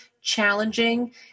challenging